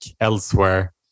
elsewhere